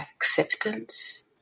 Acceptance